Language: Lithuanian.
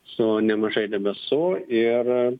su nemažai debesų ir